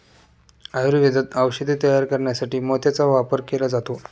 आयुर्वेदात औषधे तयार करण्यासाठी मोत्याचा वापर केला जातो